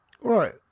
Right